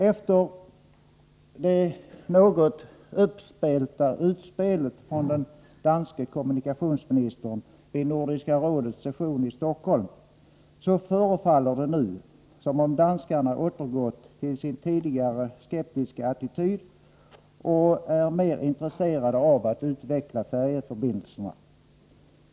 Efter det något uppspelta utspelet från den danske kommunikationsministern vid Nordiska rådets session i Stockholm, förefaller det nu som om danskarna återgått till sin tidigare skeptiska attityd och är mer intresserade av att utveckla färjeförbindelserna.